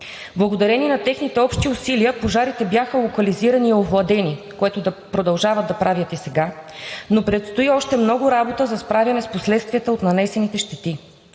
Благодарение на техните общи усилия пожарите бяха локализирани и овладени, което продължават да правят и сега, но предстои още много работа за справяне с последствията от нанесените щети.